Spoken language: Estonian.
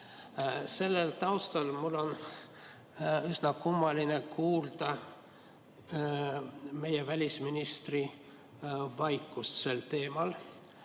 Sellel taustal on mul üsna kummaline kuulda meie välisministri vaikimist sel teemal.